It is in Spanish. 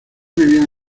vivían